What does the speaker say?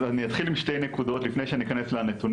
אז אני אתחיל עם שתי נקודות לפני שניכנס לנתונים,